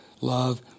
love